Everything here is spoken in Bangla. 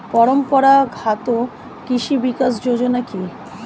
পরম্পরা ঘাত কৃষি বিকাশ যোজনা কি?